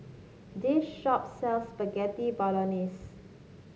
this shop sells Spaghetti Bolognese